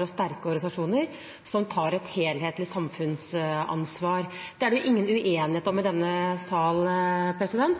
og sterke organisasjoner som tar et helhetlig samfunnsansvar. Det er det ingen uenighet om i denne sal.